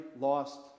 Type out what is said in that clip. lost